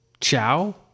ciao